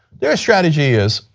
their strategy is,